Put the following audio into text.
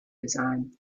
design